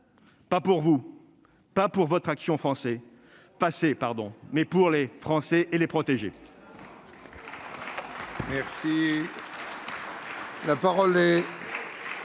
pas pour vous, pas pour votre action passée, mais pour les Français, pour les protéger.